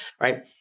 right